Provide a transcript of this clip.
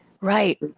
Right